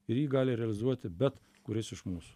ir jį gali realizuoti bet kuris iš mūsų